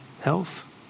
health